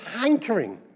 hankering